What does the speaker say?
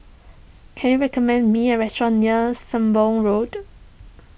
can you recommend me a restaurant near Sembong Road